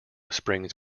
springs